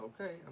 Okay